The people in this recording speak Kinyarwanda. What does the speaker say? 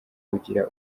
ugira